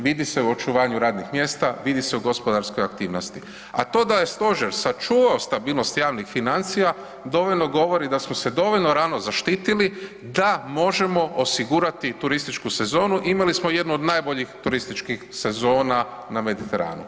Vidi se u očuvanju radnih mjesta, vidi se u gospodarskoj aktivnosti a to je da stožer sačuvao stabilnost javnih financija, dovoljno govori da smo se dovoljno rano zaštitili da možemo osigurati turističku sezonu, imali smo jednu od najboljih turističkih sezona na Mediteranu.